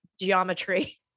geometry